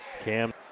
Cam